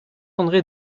andré